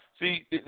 see